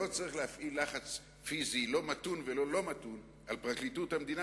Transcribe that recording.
לא צריך להפעיל לחץ פיזי לא מתון ולא לא-מתון על פרקליטות המדינה,